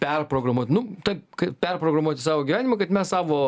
perprogramuot nu taip kaip perprogramuoti savo gyvenimą kad mes savo